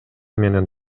менен